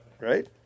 Right